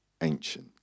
ancient